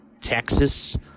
Texas